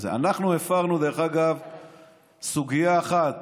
אנחנו הפרנו סוגיה אחת